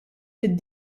fid